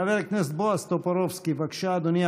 חבר הכנסת בועז טופורובסקי, בבקשה, אדוני.